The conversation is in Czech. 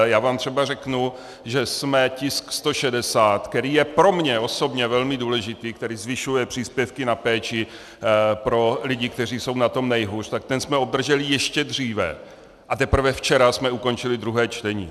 Já vám třeba řeknu, že jsme tisk 160, který je pro mě osobně velmi důležitý, který zvyšuje příspěvky na péči pro lidi, kteří jsou na tom nejhůř, jsme obdrželi ještě dříve, a teprve včera jsme ukončili druhé čtení.